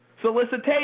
solicitation